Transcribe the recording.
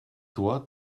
toi